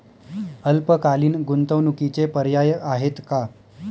अल्पकालीन गुंतवणूकीचे पर्याय आहेत का?